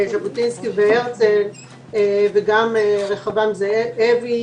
ז'בוטינסקי, הרצל ורחבעם זאבי,